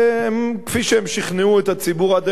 וכפי שהן שכנעו את הציבור עד היום אני